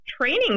training